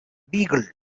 beagle